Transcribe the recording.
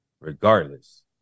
Regardless